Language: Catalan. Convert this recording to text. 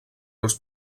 els